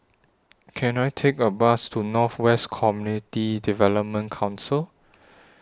Can I Take A Bus to North West Community Development Council